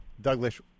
Douglas